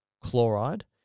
chloride